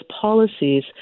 policies